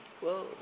whoa